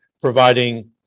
providing